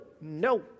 no